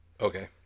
Okay